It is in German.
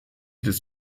des